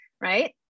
right